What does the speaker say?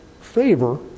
favor